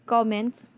comments